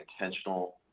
intentional